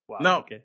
No